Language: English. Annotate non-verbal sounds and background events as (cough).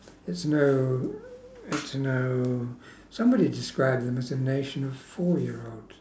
it's no (noise) it's no somebody described them as a nation of four year olds